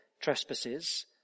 trespasses